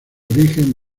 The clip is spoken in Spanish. origen